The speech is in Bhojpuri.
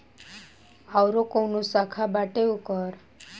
आयूरो काऊनो शाखा बाटे ओकर